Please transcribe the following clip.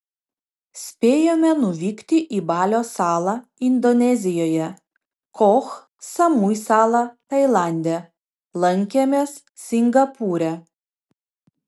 spėjome nuvykti į balio salą indonezijoje koh samui salą tailande lankėmės singapūre